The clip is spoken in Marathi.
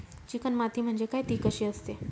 चिकण माती म्हणजे काय? ति कशी असते?